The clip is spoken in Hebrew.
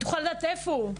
תוכל לדעת איפה הוא,